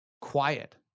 quiet